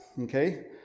okay